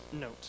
note